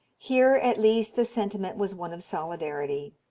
here at least the sentiment was one of solidarity.